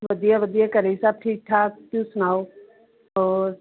ਵਧੀਆ ਵਧੀਆ ਘਰ ਸਭ ਠੀਕ ਠਾਕ ਤੁਸੀਂ ਸੁਣਾਓ ਹੋਰ